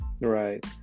Right